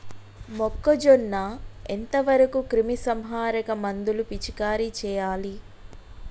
మొక్కజొన్న ఎంత వరకు క్రిమిసంహారక మందులు పిచికారీ చేయాలి?